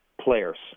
players